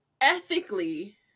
Ethically